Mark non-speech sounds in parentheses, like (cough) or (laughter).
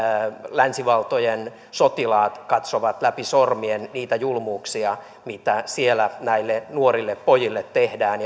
länsivaltojen sotilaat katsovat läpi sormien niitä julmuuksia joita siellä näille nuorille pojille tehdään (unintelligible)